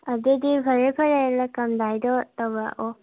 ꯑꯗꯨꯗꯤ ꯐꯔꯦ ꯐꯔꯦ ꯂꯥꯛꯑꯝꯗꯥꯏꯗꯣ ꯇꯧꯔꯛꯑꯣ